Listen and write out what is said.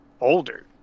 older